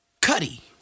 cuddy